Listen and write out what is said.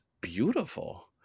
beautiful